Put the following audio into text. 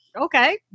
okay